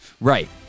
right